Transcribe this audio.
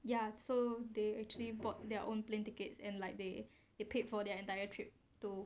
ya so they actually bought their own plane tickets and like they it paid for their entire trip to